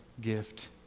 gift